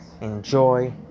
enjoy